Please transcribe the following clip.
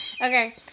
Okay